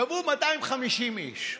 קבעו 250 איש,